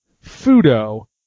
Fudo